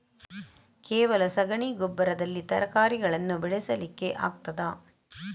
ಕೇವಲ ಸಗಣಿ ಗೊಬ್ಬರದಲ್ಲಿ ತರಕಾರಿಗಳನ್ನು ಬೆಳೆಸಲಿಕ್ಕೆ ಆಗ್ತದಾ?